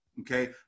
Okay